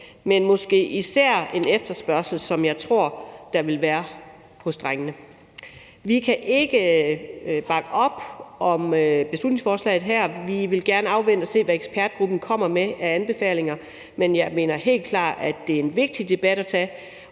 det måske især er en efterspørgsel, der vil være hos drengene. Vi kan ikke bakke op om beslutningsforslaget her, for vi vil gerne afvente og se, hvad ekspertgruppen kommer med af anbefalinger. Men jeg mener helt klart, at det er en vigtig debat at tage,